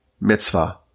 mitzvah